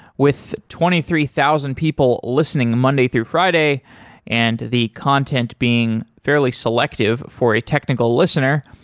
with twenty three thousand people listening monday through friday and the content being fairly selective for a technical listener,